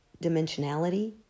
dimensionality